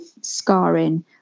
scarring